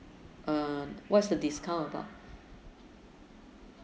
um what's the discount about